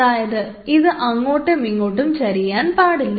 അതായത് ഇത് അങ്ങോട്ടുമിങ്ങോട്ടും ചരിയാൻ പാടില്ല